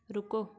ਰੁਕੋ